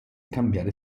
cambiare